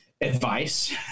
advice